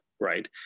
right